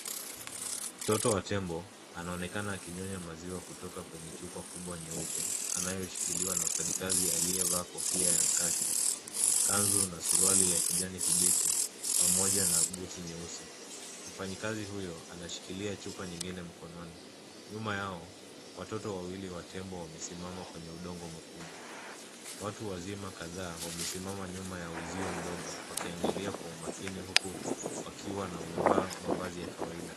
Mtoto wa tembo, anaonekana akinyonya maziwa kutoka kwenye chupa kubwa nyeupe anayoshikiliwa na mfanyakazi aliyevaa kofia ya kaki, kanzu na suruali ya kijani kibichi, pamoja na buti nyeusi. Mfanyikazi huyo, anashikilia chupa nyingine mkononi. Nyuma yao, watoto wawili wa tembo wamesimama kwenye udongo mwekundu. Watu wazima kadhaa wamesimama nyuma ya uzio mdogo, wakiangalia kwa umakini huku wakiwa na wamevaa mavazi ya kawaida.